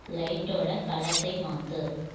லைட்டோட கலர்சை மாற்று